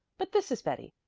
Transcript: but this is betty,